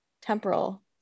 temporal